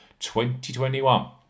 2021